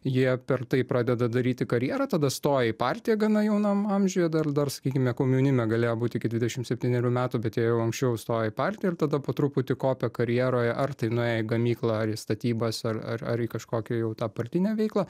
jie per tai pradeda daryti karjerą tada stoja į partiją gana jaunam amžiuje dar dar sakykime komjaunime galėjo būt iki dvidešimt septynerių metų bet jie jau anksčiau įstojo į partiją ir tada po truputį kopė karjeroje ar tai nuėjo į gamyklą ar į statybas ar ar ar į kažkokią jau tą partinę veiklą